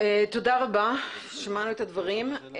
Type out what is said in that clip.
תודה רבה, שמענו את הדברים.